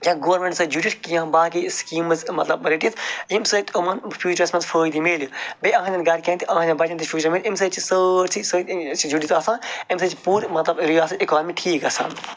کیٚنٛہہ گورمنٹَس سۭتۍ جُڑِتھ کیٚنٛہہ باقٕے سکیٖمٕز مطلب رٔٹِتھ ییٚمہِ سۭتۍ یِمَن فیٛوٗچرَس منٛز فٲیِدٕ میٚلہِ بیٚیہِ أہنٛدیٚن گَھرِکیٚن تہِ ہہنٛدیٚن بَچَن تہِ شُرۍ اَمہِ سۭتۍ چھِ سٲرسٕے سۭتۍ ٲں جُڑِتھ آسان أمۍ سۭتۍ چھِ پوٗرٕ مطلب رِیاسَت اِکانمی ٹھیٖک گژھان